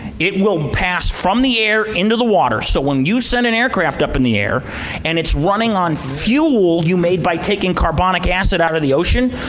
it will pass from the air into the water. so when you send an aircraft up in the air and it's running on fuel you made by taking carbonic acid out of the ocean,